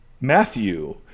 Matthew